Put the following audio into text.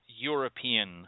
European